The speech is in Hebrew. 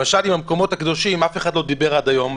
למשל עם המקומות הקדושים אף אחד לא דיבר עד היום,